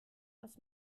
was